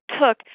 took